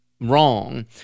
wrong